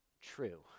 true